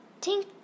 Tink